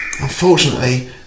Unfortunately